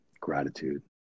gratitude